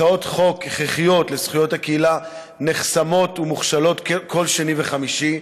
הצעות חוק הכרחיות לזכויות הקהילה נחסמות ומוכשלות כל שני וחמישי,